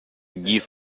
gift